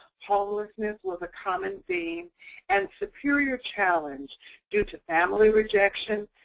homelessness was a common theme and superior challenge due to family rejection,